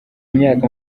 myaka